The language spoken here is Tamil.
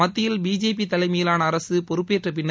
மத்தியில் பிஜேபி தலைமையிலான அரசு பொறுப்பேற்ற பின்னர்